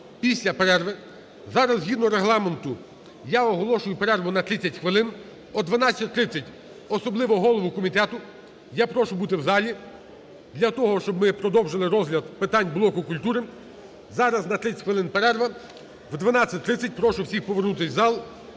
після перерви. Зараз, згідно Регламенту я оголошую перерву на 30 хвилин. О 12:30, особливо голови комітету я прошу бути в залі для того, щоб ми продовжили розгляд питань блоку культури. Зараз на 30 хвилин перерва. О 12:30 прошу всіх повернутись в зал